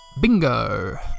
Bingo